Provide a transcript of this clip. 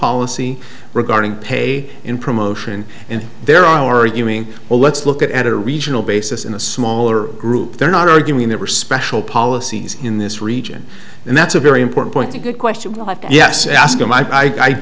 policy regarding pay in promotion and there are you mean well let's look at a regional basis in a smaller group they're not arguing they were special policies in this region and that's a very important point a good question yes ask him i